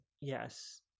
yes